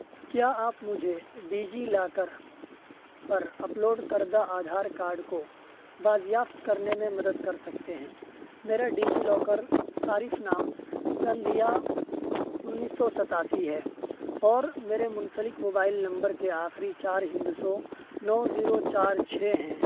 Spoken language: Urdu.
کیا آپ مجھے ڈیجی لاکر پر اپ لوڈ کردہ آدھار کارڈ کو بازیافت کرنے میں مدد کر سکتے ہیں میرا ڈیجی لاکر صارف نام سندھیا انیس سو ستاسی ہے اور میرے منسلک موبائل نمبر کے آخری چار ہندسوں نو زیرو چار چھ ہیں